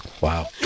Wow